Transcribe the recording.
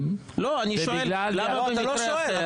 אמרת שיש לך עוד דברים לעשות במהלך הבוקר, נכון?